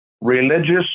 religious